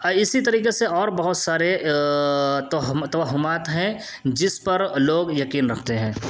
اسی طریقے سے اور بہت سارے توہمات ہیں جس پر لوگ یقین رکھتے ہیں